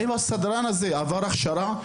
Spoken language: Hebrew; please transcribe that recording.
האם הסדרן הזה עבר הכשרה?